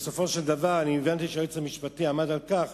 בסופו של דבר, אני הבנתי שהיועץ המשפטי עמד על כך